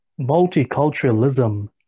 multiculturalism